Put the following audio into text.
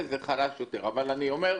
כלומר,